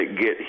get